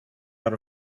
out